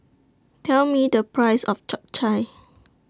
Tell Me The Price of Chap Chai